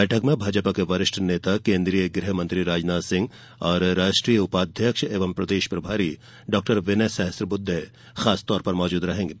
बैठक में भाजपा के वरिष्ठ नेता और केन्द्रीय गृह मंत्री राजनाथ सिंह और राष्ट्रीय उपाध्यक्ष एवं प्रदेश प्रभारी डॉक्टर विनय सहस्रबुद्धे खासतौर पर मौजूद रहेंगे